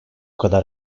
kadar